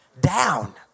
down